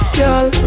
Girl